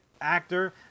actor